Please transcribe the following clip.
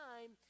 time